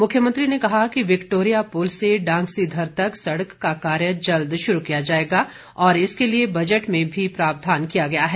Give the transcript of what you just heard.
मुख्यमंत्री ने कहा कि विक्टोरिया पुल से डांगसीधर तक सड़क का कार्य जल्द शुरू किया जाएगा और इसके लिए बजट में भी प्रावधान किया गया है